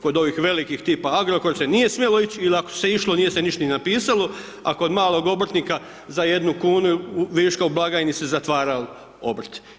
Kod ovih velikih, tipa Agrokor, se nije smjelo ići, il ako se išlo, nije se niš ni napisalo, a kod malog obrtnika za jednu kuna viška u blagajni su zatvarali obrt.